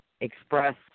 express